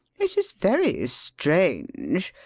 it is very strange.